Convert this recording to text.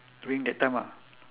during that time ah